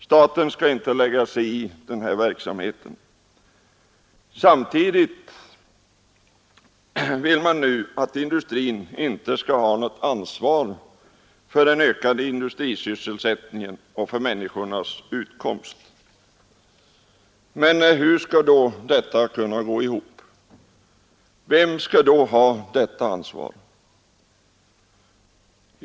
Staten skall inte lägga sig i denna verksamhet. Samtidigt vill man nu att industrin inte skall ha något ansvar för ökningen av industrisysselsättningen — för människornas utkomst. Hur går detta ihop? Vem skall då ta detta ansvar?